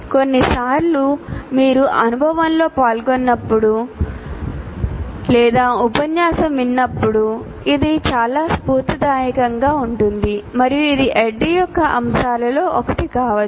కొన్నిసార్లు మీరు ఒక అనుభవంలో పాల్గొన్నప్పుడు లేదా ఉపన్యాసం విన్నప్పుడు ఇది చాలా స్ఫూర్తిదాయకంగా ఉంటుంది మరియు ఇది ADDIE యొక్క అంశాలలో ఒకటి కావచ్చు